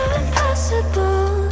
impossible